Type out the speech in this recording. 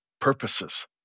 purposes